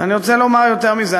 ואני רוצה לומר יותר מזה.